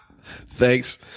Thanks